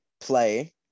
play